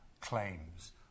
claims